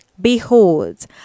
behold